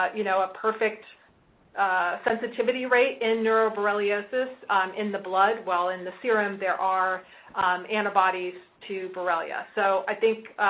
you know, a perfect sensitivity rate in neuroborreliosis in the blood, while in the serum there are antibodies to borrelia. so, i think,